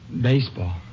Baseball